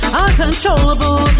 uncontrollable